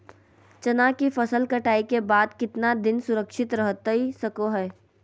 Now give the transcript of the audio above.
चना की फसल कटाई के बाद कितना दिन सुरक्षित रहतई सको हय?